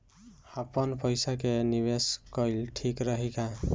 आपनपईसा के निवेस कईल ठीक रही का?